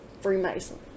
Freemason